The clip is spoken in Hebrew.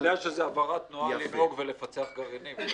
אתה יודע שזו עבירת תנועה לנהוג ולפצח גרעינים?